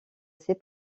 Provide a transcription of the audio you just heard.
ses